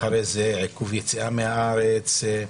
על עיכוב יציאה מהארץ,